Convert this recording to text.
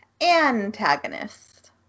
antagonist